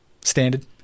standard